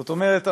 זאת אומרת,